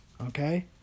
Okay